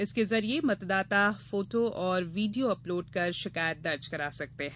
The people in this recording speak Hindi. इसके जरिए मतदाता फोटो और वीड़ियों अपलोड कर शिकायत दर्ज करा सकते है